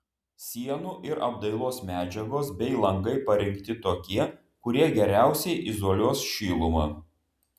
sienų ir apdailos medžiagos bei langai parinkti tokie kurie geriausiai izoliuos šilumą